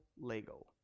Lego